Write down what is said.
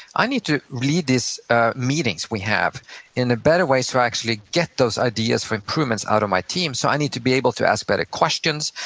i need to lead these meetings we have in a better way so i actually get those ideas for improvements out of my team, so i need to be able to ask better questions,